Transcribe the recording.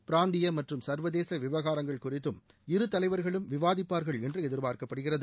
பிராந்திய மற்றும் சர்வதேச விவகாரங்கள் குறித்தும் இரு தலைவர்களும விவாதிப்பார்கள் என்று எதிர்பார்க்கப்படுகிறது